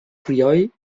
crioll